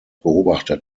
beobachter